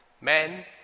Men